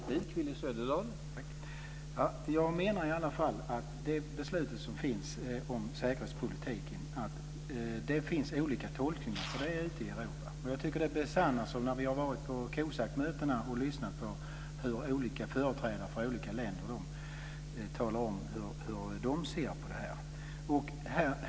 Herr talman! Jag menar i alla fall att det finns olika tolkningar ute i Europa om det beslut som finns om säkerhetspolitiken. Det har besannats när vi har varit på COSAC-mötena och lyssnat på olika företrädare för olika länder som talat om hur de ser på detta.